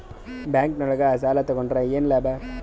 Bank ನೊಳಗ ಸಾಲ ತಗೊಂಡ್ರ ಏನು ಲಾಭ?